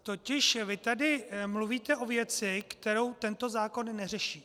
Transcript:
Totiž vy tady mluvíte o věci, kterou tento zákon neřeší.